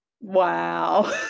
Wow